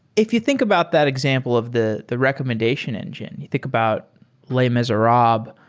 if you think about that example of the the recommendation engine, you think about les miserables.